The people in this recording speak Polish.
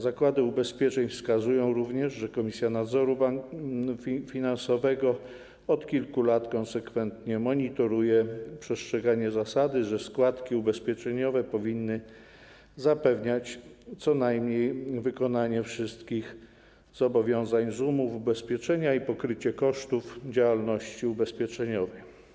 Zakłady ubezpieczeń wskazują również, że Komisja Nadzoru Finansowego od kilku lat konsekwentnie monitoruje przestrzeganie zasady, że składki ubezpieczeniowe powinny zapewniać co najmniej wykonanie wszystkich zobowiązań z umów ubezpieczenia i pokrycie kosztów działalności ubezpieczeniowej.